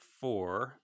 four